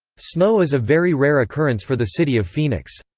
snow is a very rare occurrence for the city of phoenix.